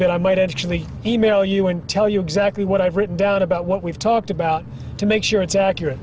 bit i might actually email you and tell you exactly what i've written down about what we've talked about to make sure it's accurate